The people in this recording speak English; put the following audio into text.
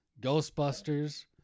ghostbusters